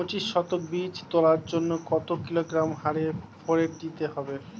পঁচিশ শতক বীজ তলার জন্য কত কিলোগ্রাম হারে ফোরেট দিতে হবে?